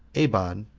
eban,